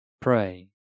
pray